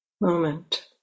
moment